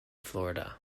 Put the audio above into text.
florida